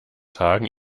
tagen